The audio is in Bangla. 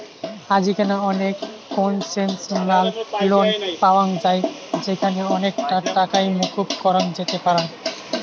আজিকেনা অনেক কোনসেশনাল লোন পাওয়াঙ যাই যেখানে অনেকটা টাকাই মকুব করা যেতে পারাং